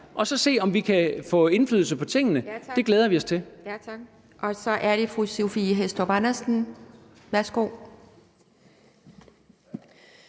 kan vi se, om vi kan få indflydelse på tingene. Det glæder vi os til.